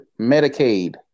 Medicaid